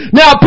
now